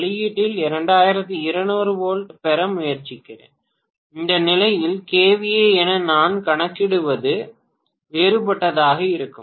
வெளியீட்டில் 2200 வோல்ட் பெற முயற்சிக்கிறேன் இந்த நிலையில் kVA என நான் கணக்கிடுவது வேறுபட்டதாக இருக்கும்